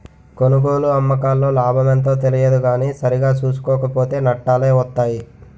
కొనుగోలు, అమ్మకాల్లో లాభమెంతో తెలియదు కానీ సరిగా సూసుకోక పోతో నట్టాలే వొత్తయ్